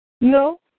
No